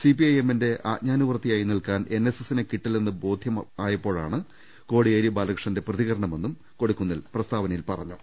സിപിഐഎമ്മിന്റെ ആജ്ഞാനവർത്തി യായി നിൽക്കാൻ എൻഎസ്എസിനെ കിട്ടില്ലെന്ന് ബോധമായപ്പോ ഴാണ് കോടിയേരി ബാലകൃഷ്ണന്റെ പ്രതികരണമെന്നും കൊടിക്കു ന്നിൽ പ്രസ്താവനയിൽ പറഞ്ഞു